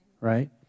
right